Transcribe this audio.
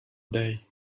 day